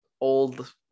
old